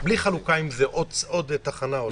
בלי חלוקה אם יש עוד תחנה או לא?